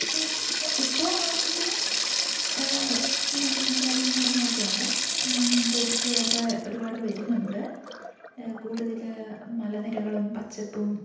പക്ഷെ ഇപ്പോൾ ആവിശ്യത്തിന് വിനോദസഞ്ചാര കേന്ദ്രങ്ങൾ ഒക്കെ ഉണ്ട് ടൂറിസ്റ്റുകളൊക്കെ ഒരുപാട് വരുന്നുണ്ട് കൂടുതൽ മലനിരകളും പച്ചപ്പും